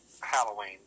Halloween